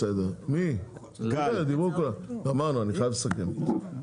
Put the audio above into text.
גמרנו, אני חייב לסכם.